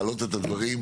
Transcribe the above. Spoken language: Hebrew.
להעלות את הדברים.